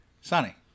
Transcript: Sunny